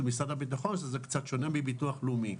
משרד הביטחון שזה קצת שונה מביטוח לאומי.